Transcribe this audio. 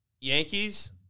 Yankees